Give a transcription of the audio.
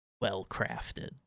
well-crafted